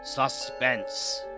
Suspense